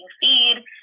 feed